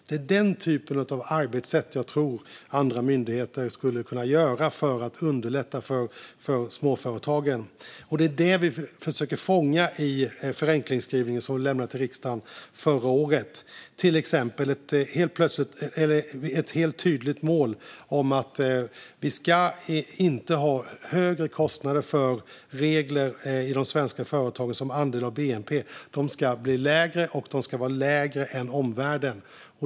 Det är den typen av arbetssätt som jag tror att andra myndigheter skulle kunna tillämpa för att underlätta för småföretagen. Det är det som vi försöker fånga i förenklingsskrivelsen som vi lämnade till riksdagen förra året. Till exempel är ett helt tydligt mål att de svenska företagen inte ska ha högre kostnader som andel av bnp för regler. De ska bli lägre, och de ska vara lägre än i omvärlden.